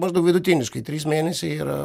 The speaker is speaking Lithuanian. maždaug vidutiniškai trys mėnesiai yra